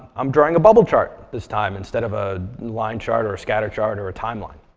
i'm drawing a bubble chart this time, instead of a line chart or a scatter chart or a timeline.